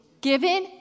given